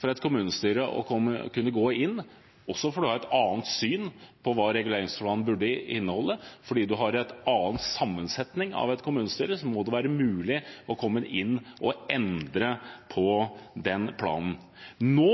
for et kommunestyre å kunne gå inn – også fordi man har et annet syn på hva reguleringsplanen burde inneholde, fordi en har en annen sammensetning av et kommunestyre – og endre på den planen. Nå,